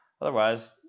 Otherwise